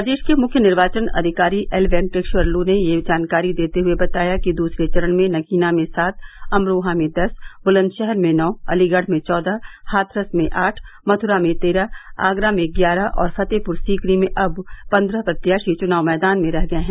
प्रदेश के मुख्य निर्वाचन अधिकारी एल वेंकटेश्वर लू ने यह जानकारी देते हुए बताया कि दूसरे चरण में नगीना में सात अमरोहा में दस बुलंदशहर में नौ अलीगढ़ में चौदह हाथरस में आठ मथुरा में तेरह आगरा में ग्यारह और फतेहपुर सीकरी में अब पन्द्रह प्रत्याशी चुनाव मैदान में रह गये हैं